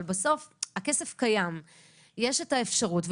אבל בסוף הכסף קיים ויש את האפשרות,